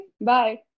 Bye